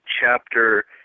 chapter